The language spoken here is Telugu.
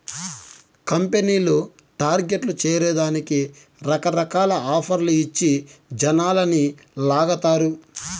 కంపెనీలు టార్గెట్లు చేరే దానికి రకరకాల ఆఫర్లు ఇచ్చి జనాలని లాగతారు